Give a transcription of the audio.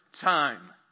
time